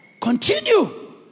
Continue